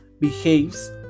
behaves